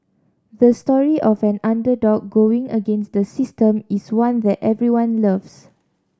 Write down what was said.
the story of an underdog going against the system is one that everyone loves